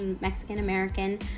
Mexican-American